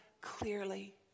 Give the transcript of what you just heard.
clearly